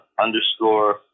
underscore